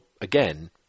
again